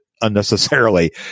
unnecessarily